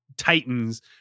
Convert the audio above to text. Titans